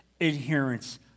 adherence